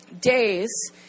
days